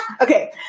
Okay